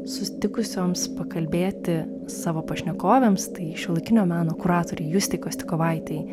sutikusioms pakalbėti savo pašnekovėms tai šiuolaikinio meno kuratorė justei kostikovaitei